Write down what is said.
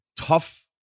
tough